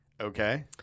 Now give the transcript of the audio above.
Okay